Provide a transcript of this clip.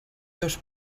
dos